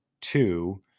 two